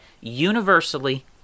universally